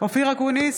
אופיר אקוניס,